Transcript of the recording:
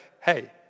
hey